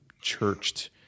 churched